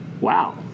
Wow